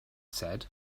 said